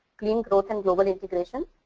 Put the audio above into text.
clean growth and global integration.